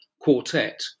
quartet